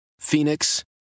Phoenix